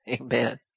Amen